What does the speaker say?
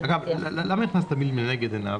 למה הכנסת "לנגד עיניו"?